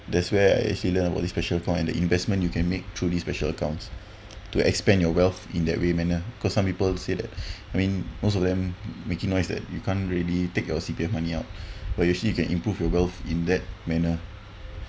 that's where I actually learn about this special account and the investment you can make through this special accounts to expand your wealth in that way manner because some people say that I mean most of them making noise that you can't really take your C_P_F money out but you actually you can improve your wealth in that manner